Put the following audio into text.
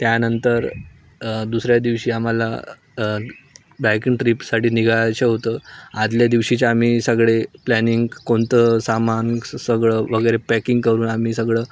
त्यानंतर दुसऱ्या दिवशी आम्हाला बायकिंग ट्रीपसाठी निघायचं होतं आधल्या दिवशीचे आम्ही सगळे प्लॅनिंग कोणतं सामान सगळं वगैरे पॅकिंग करून आम्ही सगळं